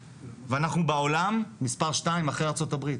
ואנחנו בעולם מספר שתיים אחרי ארצות הברית.